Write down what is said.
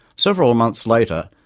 several months later,